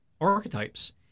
archetypes